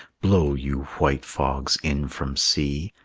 blow, you white fogs, in from sea!